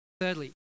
Thirdly